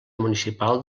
municipal